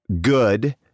good